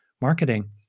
marketing